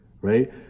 right